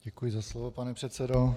Děkuji za slovo, pane předsedo.